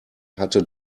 hatte